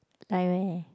like where